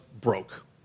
broke